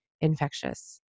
infectious